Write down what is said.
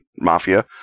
mafia